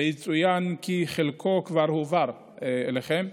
ויצוין כי חלקו כבר הועבר אליכם.